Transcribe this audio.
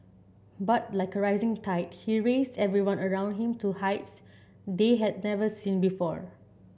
but like a rising tide he raised everyone around him to heights they had never seen before